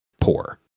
poor